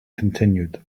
continued